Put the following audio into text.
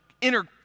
inner